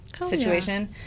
situation